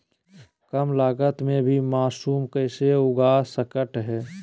कम लगत मे भी मासूम कैसे उगा स्केट है?